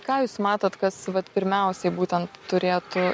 ką jūs matot kas vat pirmiausiai būtent turėtų